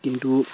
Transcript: কিন্তু